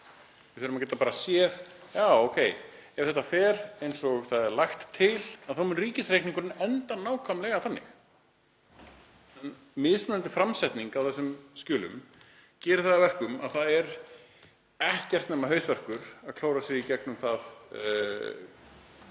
Við þurfum að geta séð að ef þetta fer eins og það er lagt til þá mun ríkisreikningurinn enda nákvæmlega þannig. En mismunandi framsetning á þessum skjölum gerir það að verkum að það er ekkert nema hausverkur að klóra sig í gegnum það